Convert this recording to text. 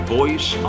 voice